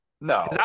No